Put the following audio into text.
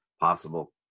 possible